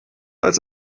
als